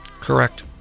Correct